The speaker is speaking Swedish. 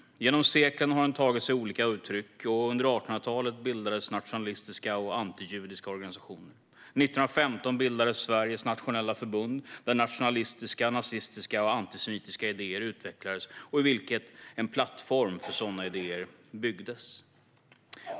Genom seklen har den tagit sig olika uttryck, och under 1800-talet bildades nationalistiska och antijudiska organisationer. År 1915 bildades Sveriges nationella förbund, där nationalistiska, nazistiska och antisemitiska idéer utvecklades och i vilket en plattform för sådana idéer byggdes.